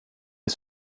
est